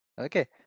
okay